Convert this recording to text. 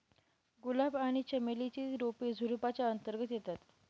गुलाब आणि चमेली ची रोप झुडुपाच्या अंतर्गत येतात